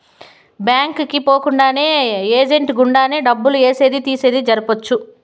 bank కి పోకుండానే agent గుండానే డబ్బులు ఏసేది తీసేది జరపొచ్చు